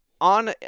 on